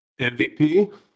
MVP